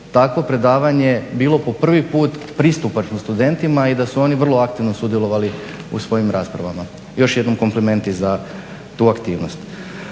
takvo predavanje bilo po prvi put pristupačno studentima i da su oni vrlo aktivno sudjelovali u svojim raspravama. Još jednom komplimenti za tu aktivnost.